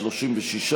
36,